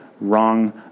wrong